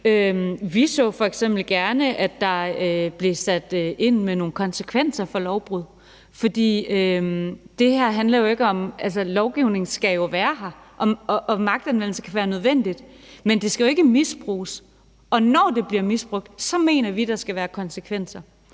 Vi så f.eks. gerne, at der blev sat ind med nogle konsekvenser for lovbrud. Lovgivning skal jo være her, og magtanvendelse kan være nødvendigt, men det skal jo ikke misbruges. Og når det bliver misbrugt, mener vi, der skal være konsekvenser,